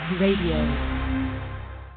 Radio